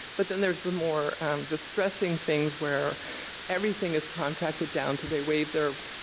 but then there's the more distressing things where everything is contracted down til they waive their